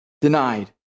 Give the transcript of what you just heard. denied